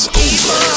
over